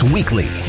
Weekly